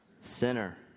Sinner